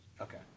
Okay